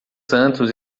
santos